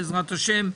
בעזרת השם.